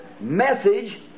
message